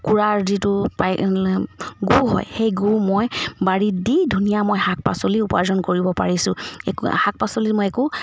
কুুৰাৰ যিটো পাই গূ হয় সেই গূ মই বাৰীত দি ধুনীয়া মই শাক পাচলি উপাৰ্জন কৰিব পাৰিছো এক শাক পাচলিত মই একো